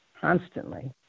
constantly